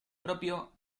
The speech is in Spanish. propio